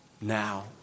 Now